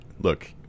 Look